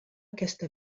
aquesta